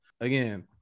Again